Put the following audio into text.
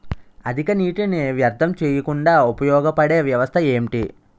అధిక నీటినీ వ్యర్థం చేయకుండా ఉపయోగ పడే వ్యవస్థ ఏంటి